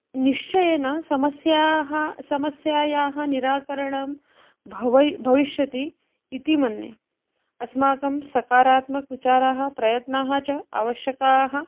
निश्चयेन समस्याः समस्यायाः निराकरणं भवेत् भविष्यति इति मन्ये अस्माकं सकारात्मकविचाराः प्रयत्नाः च आवश्यकाः